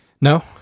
No